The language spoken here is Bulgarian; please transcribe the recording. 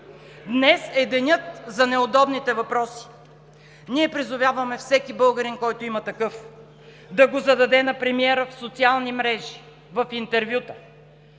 Днес е денят за неудобните въпроси. Ние призоваваме всеки българин, който има такъв, да го зададе на премиера в социални мрежи, в интервюта,